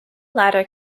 latter